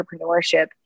entrepreneurship